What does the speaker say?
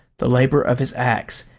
the labour of his axe,